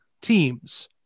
teams